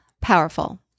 powerful